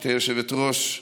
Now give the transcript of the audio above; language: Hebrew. גברתי היושבת-ראש,